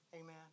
Amen